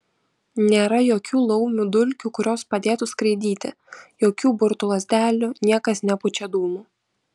nėra jokių laumių dulkių kurios padėtų skraidyti jokių burtų lazdelių niekas nepučia dūmų